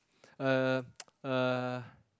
a a